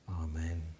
Amen